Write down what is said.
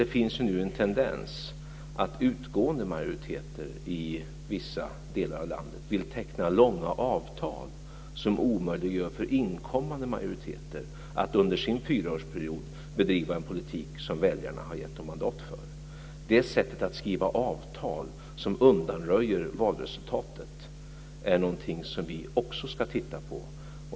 Det finns ju nu en tendens att utgående majoriteter i vissa delar av landet vill teckna långa avtal som omöjliggör för inkommande majoriteter att under sin fyraårsperiod bedriva en politik som väljarna har gett dem mandat för. Det sättet att skriva avtal som undanröjer valresultatet är någonting som vi också ska titta på.